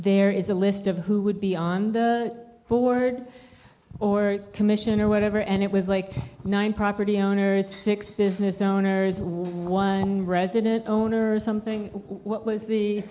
there is a list of who would be on the board or commission or whatever and it was like nine property owners six business owners one resident owner or something what was the